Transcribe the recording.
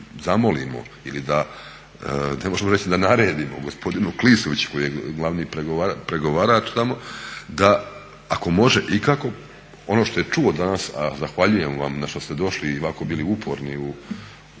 da zamolimo ili da, ne možemo reći da naredimo gospodinu Klisoviću koji je glavni pregovarač tamo, da ako može ikako ono što je čuo danas, a zahvaljujem vam zato što ste došli i ovako bili uporni u